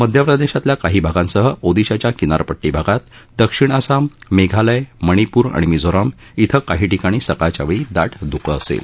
मध्यप्रदेशातल्या काही भागांसह ओदिशाच्या किनारपट्टी भागात दक्षिण आसाम मेघालय मणिपूर आणि मिझोराम इथं काही ठिकाणी सकाळच्या वेळी दाट ध्कं असेल